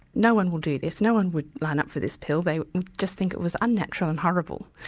no-one will do this, no-one would line up for this pill, they'd just think it was unnatural and horrible.